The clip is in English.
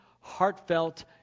heartfelt